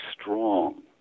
strong